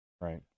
Right